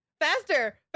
faster